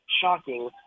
shocking